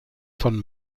von